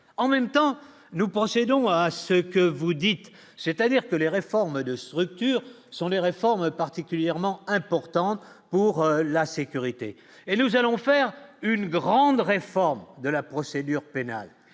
en même temps, nous procédons à ce que vous dites, c'est-à-dire que les réformes de structures sont les réformes particulièrement important pour la sécurité et nous allons faire une grande réforme de la procédure pénale,